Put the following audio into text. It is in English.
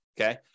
Okay